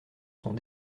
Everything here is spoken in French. sont